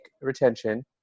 retention